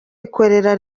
ikorera